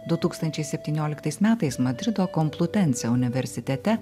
du tūkstančiai septynioliktais metais madrido komplutensi universitete